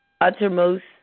uttermost